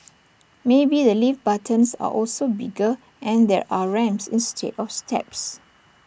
maybe the lift buttons are also bigger and there are ramps instead of steps